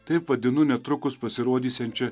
taip vadinu netrukus pasirodysiančią